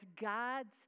God's